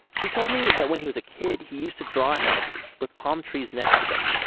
he told me that when he was a kid, he used to draw houses with palm trees next to them.